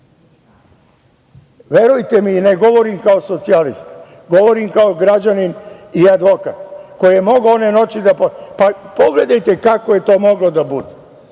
glasove? Verujte mi, ne govorim kao socijalista, govorim kao građanin i advokat, koji je mogao one noći… Pa, pogledajte kako je to moglo da bude